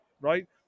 right